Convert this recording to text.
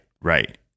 right